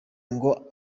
ngo